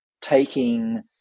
taking